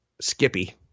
Skippy